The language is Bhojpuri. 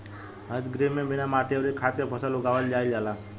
हरित गृह में बिना माटी अउरी खाद के फसल उगावल जाईल जाला